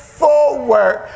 forward